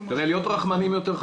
כדי להיות רחמנים יותר,